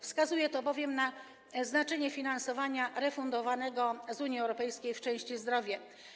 Wskazuje to bowiem na znaczenie finansowania refundowanego z Unii Europejskiej w części: Zdrowie.